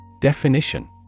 Definition